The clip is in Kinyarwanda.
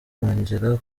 kongera